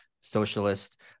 socialist